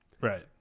right